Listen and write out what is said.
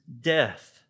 death